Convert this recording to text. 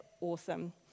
awesome